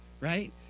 right